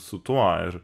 su tuo ir